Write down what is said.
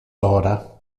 ora